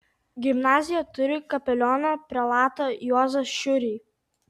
gimnazija turi kapelioną prelatą juozą šiurį